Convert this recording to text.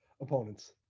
opponents